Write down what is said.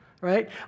right